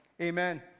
amen